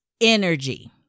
energy